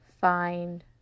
find